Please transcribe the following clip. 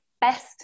best